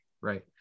Right